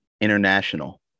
International